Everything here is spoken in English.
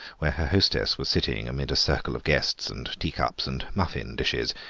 where her hostess was sitting amid a circle of guests and teacups and muffin-dishes.